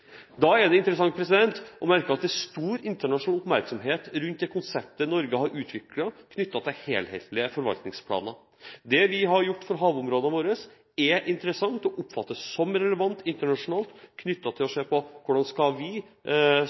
Det er interessant å merke seg at det er stor internasjonal oppmerksomhet rundt det konseptet Norge har utviklet knyttet til helhetlige forvaltningsplaner. Det vi har gjort i havområdene våre, er interessant og oppfattes som relevant internasjonalt med tanke på hvordan man som internasjonale partnere i et område, selv om rammeverket er på plass, skal